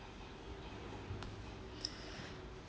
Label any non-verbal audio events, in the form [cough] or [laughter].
[breath]